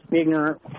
ignorant